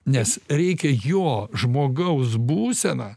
nes reikia jo žmogaus būseną